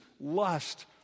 lust